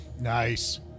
Nice